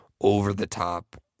over-the-top